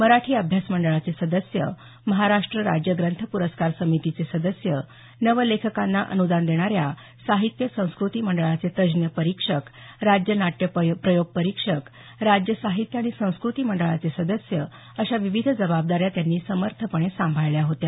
मराठी अभ्यास मंडळाचे सदस्य महाराष्ट्र राज्य ग्रंथ प्रस्कार समितीचे सदस्य नव लेखकांना अनुदान देणाऱ्या साहित्य संकृती मंडळाचे तज्ज्ञ परीक्षक राज्य नाट्य प्रयोग परीक्षक राज्य साहित्य आणि संकृती मंडळाचे सदस्य अशा विविध जबाबादाऱ्या त्यांनी समर्थपणे सांभाळल्या होत्या